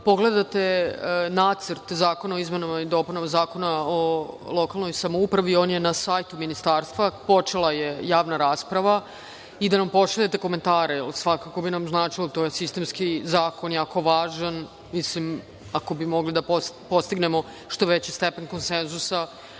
pogledate Nacrt zakona o izmenama i dopunama Zakona o lokalnoj samoupravi, on je na sajtu Ministarstva, počela je javna rasprava, i da nam pošaljete komentare. Svakako bi nam značilo, jer to je sistemski zakon, jako važan, i ako bi mogli da postignemo što veći stepen konsenzusa,